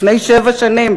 לפני שבע שנים,